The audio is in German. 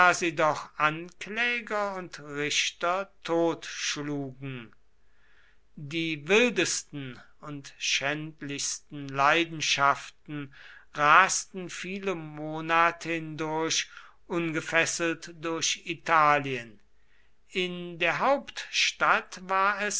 sie doch ankläger und richter totschlugen die wildesten und schändlichsten leidenschaften rasten viele monate hindurch ungefesselt durch italien in der hauptstadt war